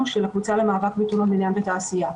של הקבוצה למאבק בתאונות בניין ותעשייה.